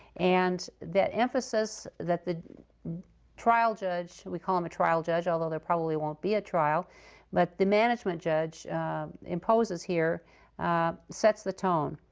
and that emphasis that the trial judge we call him a trial judge, although there probably won't be a trial but the management judge imposes here sets the tone.